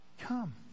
Come